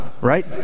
right